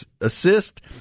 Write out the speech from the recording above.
assist